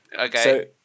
Okay